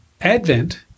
Advent